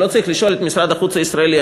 לא צריך לשאול את משרד החוץ הישראלי.